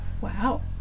Wow